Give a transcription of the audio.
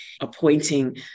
Appointing